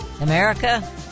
America